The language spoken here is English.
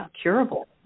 curable